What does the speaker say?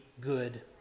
good